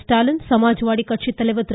ஸ்டாலின் சமாஜ்வாடிக் கட்சித்தலைவா் திரு